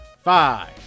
Five